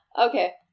Okay